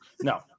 No